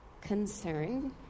concern